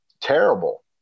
terrible